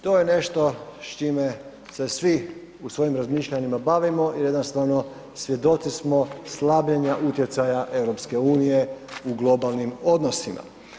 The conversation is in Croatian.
To je nešto s čime se svi u svojim razmišljanjima bavimo i jednostavno svjedoci smo slabljenja utjecaja EU u globalnim odnosima.